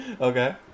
okay